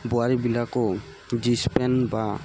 বোৱাৰীবিলাকো jeans pant বা